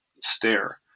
stare